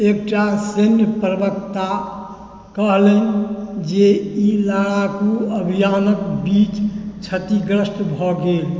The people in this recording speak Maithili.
एकटा सैन्य प्रवक्ता कहलनि जे ई लड़ाकू अभियानक बीच क्षतिग्रस्त भऽ गेल